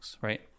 right